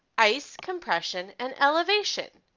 ice, compression, and elevation.